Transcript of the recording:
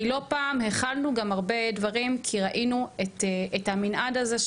כי לא פעם הכלנו גם הרבה דברים כי ראינו את המנעד הזה,